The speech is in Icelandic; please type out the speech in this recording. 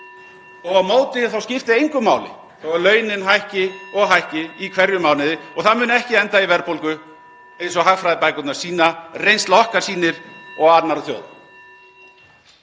Á móti því skipti engu máli þótt launin hækki og hækki í hverjum mánuði, það muni ekki enda í verðbólgu eins og hagfræðibækurnar sýna, reynsla okkar sýnir og annarra þjóða.